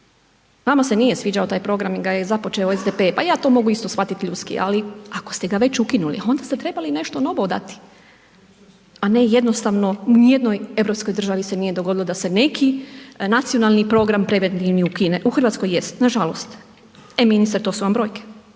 Vama se nije sviđao taj program jer ga je započeo SDP, pa ja to mogu isto shvatiti ljudski ali ako ste ga već ukinuli onda ste trebali i nešto novo dati a ne jednostavno u ni jednoj europskoj državi se nije dogodilo da se neki nacionalni program ukine. U Hrvatskoj jest, nažalost. E ministre to su vam brojke,